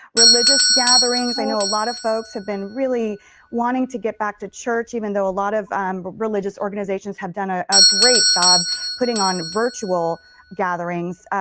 religious gatherings, i know a lot of folks have been wanting to get back to church even though a lot of um religious organizations have done ah a great job putting on virtual gatherings.